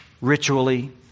Ritually